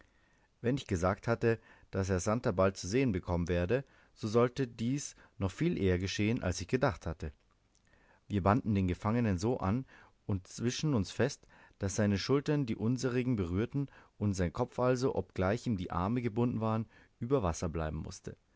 wenn ich gesagt hatte daß er santer bald zu sehen bekommen werde so sollte dies noch viel eher geschehen als ich gedacht hatte wir banden den gefangenen so an und zwischen uns fest daß seine schultern die unserigen berührten und sein kopf also obgleich ihm die arme gebunden waren über wasser bleiben mußte